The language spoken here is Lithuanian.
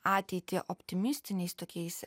ateitį optimistiniais tokiais